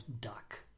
duck